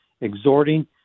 exhorting